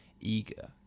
eager